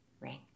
ring